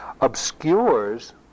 obscures